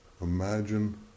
Imagine